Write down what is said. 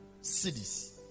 cities